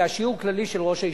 זה השיעור הכללי של ראש הישיבה.